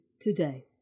today